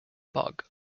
bog